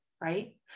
right